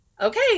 okay